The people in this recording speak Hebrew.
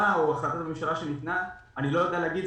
או החלטת הממשלה שניתנה אני לא יודע להגיד,